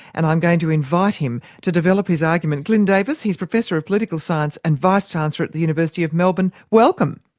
and i'm going to invite him to develop his argument. glyn davis he's professor of political science and vice-chancellor at the university of melbourne welcome.